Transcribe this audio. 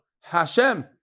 Hashem